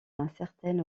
incertaine